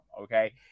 okay